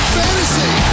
fantasy